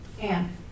Anne